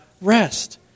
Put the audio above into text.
rest